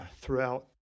throughout